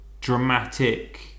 dramatic